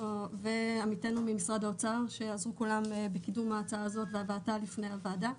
לאנשי משרד האוצר שעזרו כולם בקידום ההצעה הזאת והבאתה בפני הוועדה,